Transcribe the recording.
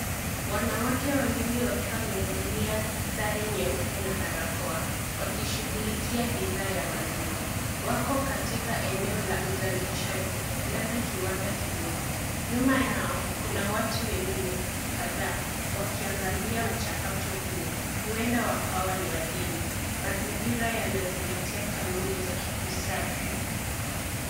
Wanawake wawili wakiwa wamevalia sare nyeupe na barakoa, wakishughulikia bidhaa ya maziwa, wako katika eneo la uzalishaji labda kiwanda kidogo. Nyuma yao, kuna watu wengine kadhaa wakiangalia mchakato huo, huenda wakawa ni wageni, mazingira yanazingatia kanuni za usafi.